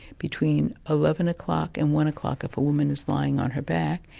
between eleven o'clock and one o'clock if a woman is lying on her back,